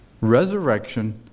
resurrection